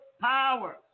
power